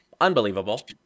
unbelievable